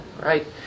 right